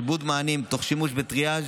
ריבוד מענים תוך שימוש בטריאז',